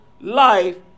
life